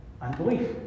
unbelief